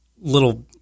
little